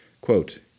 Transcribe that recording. Quote